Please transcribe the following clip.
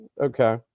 okay